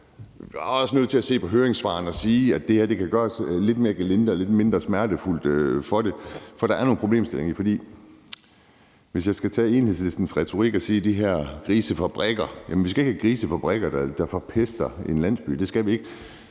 bare også nødt til at se på høringssvarene og sige, at det her kan gøres lidt mere gelinde og lidt mindre smertefuldt, for der er nogle problemstillinger. Hvis jeg skal tage Enhedslistens retorik og kalde det grisefabrikker, vil jeg sige, at vi ikke skal have grisefabrikker, der forpester en landsby; det skal vi ikke.